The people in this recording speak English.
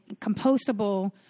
compostable